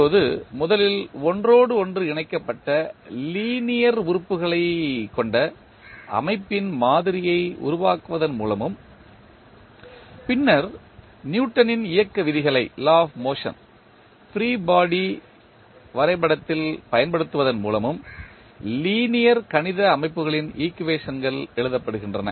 இப்போது முதலில் ஒன்றோடொன்று இணைக்கப்பட்ட லீனியர் உறுப்புகளைக் கொண்ட அமைப்பின் மாதிரியை உருவாக்குவதன் மூலமும் பின்னர் நியூட்டனின் இயக்க விதிகளை ஃப்ரீ பாடி வரைபடத்தில் பயன்படுத்துவதன் மூலமும் லீனியர் கணித அமைப்புகளின் ஈக்குவேஷன்கள் எழுதப்படுகின்றன